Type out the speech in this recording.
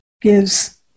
gives